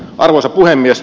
arvoisa puhemies